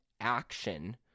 action